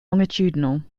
longitudinal